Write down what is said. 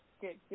good